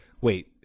wait